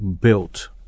built